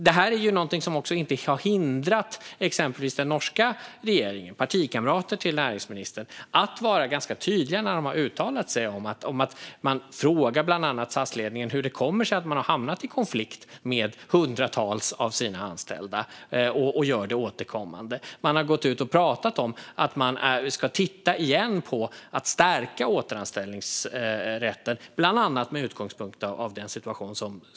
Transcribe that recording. Detta har inte hindrat exempelvis den norska regeringen - partikamrater till näringsministern - att vara tydlig när man har uttalat sig i frågan. Man har frågat SAS-ledningen hur det kommer sig att den har hamnat i, och hamnar återkommande i, konflikt med hundratals av de anställda. Man har sagt att man återigen ska titta på att stärka återanställningsrätten, bland annat med utgångspunkt i rådande situation.